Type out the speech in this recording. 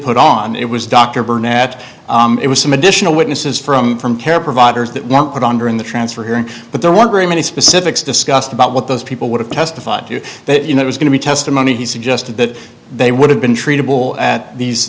put on it was dr burnett it was some additional witnesses from from care providers that won't put on during the transfer hearing but there weren't very many specifics discussed about what those people would have testified to that you know was going to be testimony he suggested that they would have been treatable at these